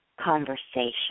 conversation